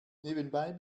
nebenbei